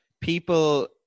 people